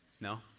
No